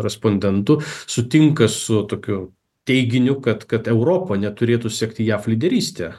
respondentų sutinka su tokiu teiginiu kad kad europa neturėtų sekti jav lyderystę